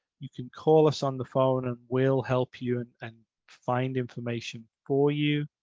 you can call us on the phone and will help you and and find information for you.